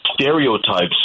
stereotypes